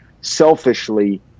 selfishly